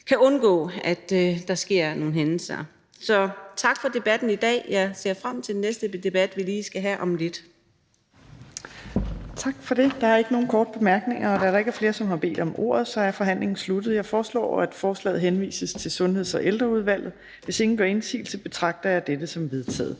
kan undgå, at der sker nogle hændelser. Så tak for debatten i dag. Jeg ser frem til den næste debat, vi skal have lige om lidt. Kl. 17:27 Fjerde næstformand (Trine Torp): Tak for det. Der er ikke nogen korte bemærkninger, og da der ikke er flere, som har bedt om ordet, er forhandlingen sluttet. Jeg foreslår, at forslaget henvises til Sundheds- og Ældreudvalget. Hvis ingen gør indsigelse, betragter jeg dette som vedtaget.